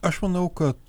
aš manau kad